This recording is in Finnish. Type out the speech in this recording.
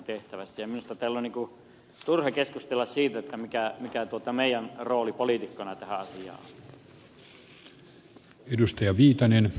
minusta täällä on turha keskustella siitä mikä meidän roolimme poliitikkoina tässä asiassa on